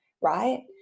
Right